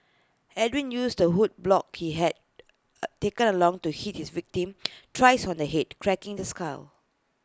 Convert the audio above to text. Edwin used the wood block he had taken along to hit his victim thrice on the Head cracking this skull